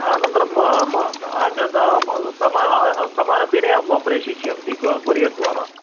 अनन्तरं अन्यद् समा समानदिने अहं प्रेषयिष्यामि जि कोरियर्द्वारा